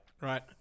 Right